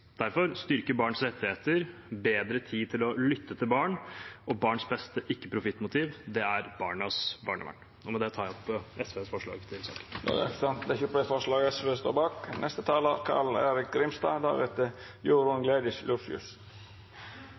Derfor: Styrking av barns rettigheter og bedre tid til å lytte til barn og barns beste – ikke profittmotiv – er barnas barnevern. Med det tar jeg opp SVs forslag.